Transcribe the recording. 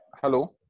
Hello